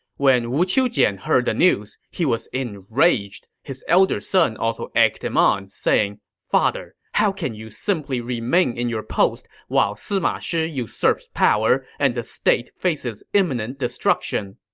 when wu qiujian heard the news, he was enraged. his elder son also egged him on, saying, father, how can you simply remain in your post while sima shi usurps power and the state faces imminent destruction?